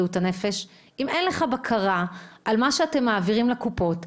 אם אין לך בקרה על מה שאתם מעבירים לקופות,